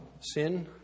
sin